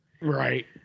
Right